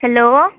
hello